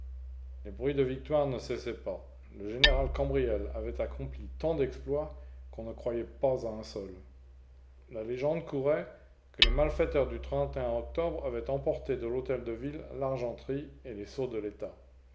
les bruits de victoires ne cessaient pas le général cambriel avait accompli tant d'exploits qu'on ne croyait pas à un seul la légende courait que les malfaiteurs du octobre avaient emporté de l'hôtel-de-ville l'argenterie et les sceaux de l'état